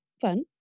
Fun